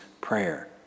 prayer